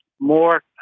more